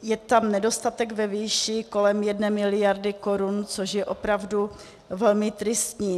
Je tam nedostatek ve výši kolem jedné miliardy korun, což je opravdu velmi tristní.